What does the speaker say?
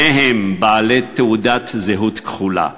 שניהם בעלי תעודת זהות כחולה,